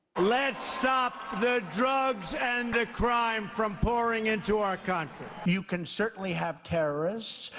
let's stop the drugs and the crime from pouring into our country. you can certainly have terrorists,